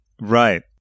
right